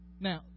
Now